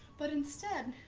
but instead,